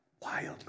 wildly